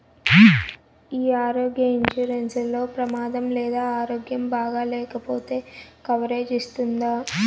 ఈ ఆరోగ్య ఇన్సూరెన్సు లో ప్రమాదం లేదా ఆరోగ్యం బాగాలేకపొతే కవరేజ్ ఇస్తుందా?